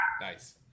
nice